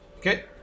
Okay